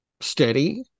steady